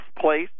place